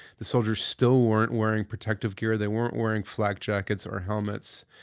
the soldiers still weren't wearing protective gear. they weren't wearing flak jackets or helmets.